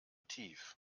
tief